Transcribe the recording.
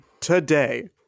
today